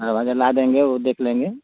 दरवाजा ला देंगे वो देख लेंगे